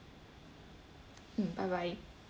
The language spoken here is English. mm bye bye